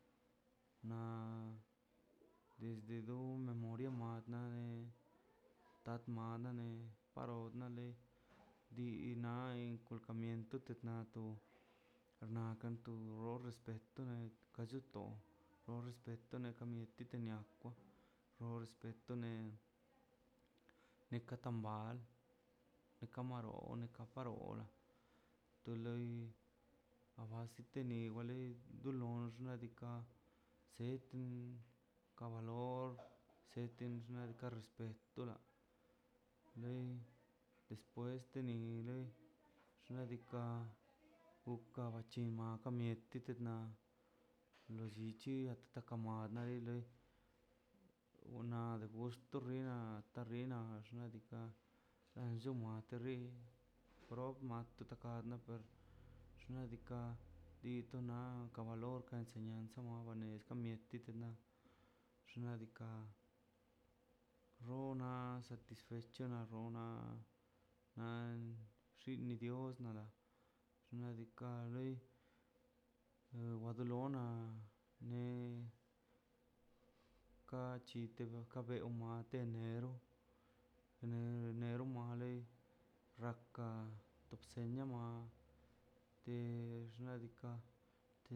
Na desde no momoria malenai tat na na leparod na le dii na enkulkamiento na tu nakan tu xo repeto ne ka chu ton to repesto kanika to respeto ne neka tambal dikamarone takaparol to loi abase to loi dolox la ladikan setnu ka ba lor setu na ka respeto la loi despues de nil xna diika' ukan bachina ka mieti twtna lollichi takama lodi loi nad guxt ta rina ta rina na xna' dika' choman to ri xna' diika' ditona ka lorkan enseñanza la mieti na rona satisfecho na rona na xini dios nada xna' diika' wadalona ne kachitedeka beo natene pero en enelo made lei raka to bsenia ma te xnadika'